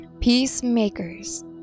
Peacemakers